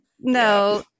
No